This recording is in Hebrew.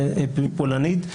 זה פולנית,